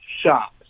shops